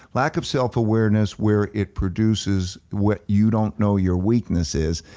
lack of self awareness where it produces what you don't know your weakness is,